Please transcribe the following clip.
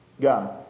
God